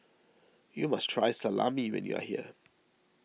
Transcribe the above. you must try Salami when you are here